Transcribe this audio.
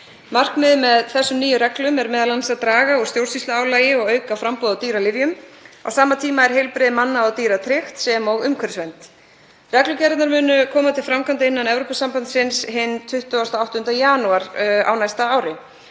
Markmiðið með þessum nýju reglum er m.a. að draga úr stjórnsýsluálagi og auka framboð á dýralyfjum. Á sama tíma er heilbrigði manna og dýra tryggt sem og umhverfisvernd. Reglugerðirnar munu koma til framkvæmda innan Evrópusambandsins hinn 28. janúar á næsta ári.